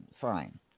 Fine